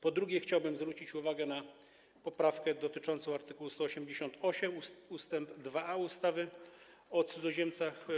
Po drugie, chciałbym zwrócić uwagę na poprawkę dotyczącą art. 188 ust. 2a ustawy o cudzoziemcach.